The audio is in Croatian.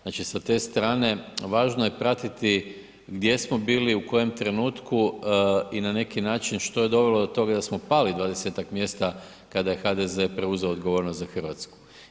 Znači sa te strane važno je pratiti gdje smo bili u kojem trenu i na neki način što je dovelo do toga da smo pali dvadesetak mjesta kada je HDZ preuzeo odgovornost za Hrvatsku.